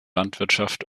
landwirtschaft